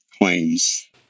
claims